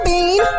Bean